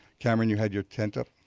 cameron, you had your tent up?